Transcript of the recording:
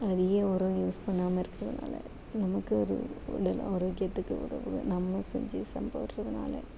அதிக உரம் யூஸ் பண்ணாமல் இருக்கிறனால நமக்கும் அது உடல் ஆரோக்கியத்துக்கு உதவுது நம்ம செஞ்சி சாப்பிடுறதுனால